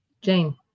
Jane